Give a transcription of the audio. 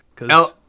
No